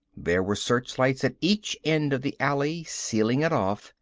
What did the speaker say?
there were searchlights at each end of the alley, sealing it off.